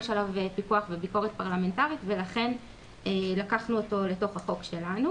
יש עליו פיקוח וביקורת פרלמנטרית ולכן לקחנו אותו לתוך החוק שלנו